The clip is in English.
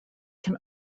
can